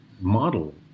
model